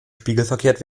spiegelverkehrt